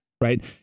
Right